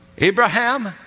Abraham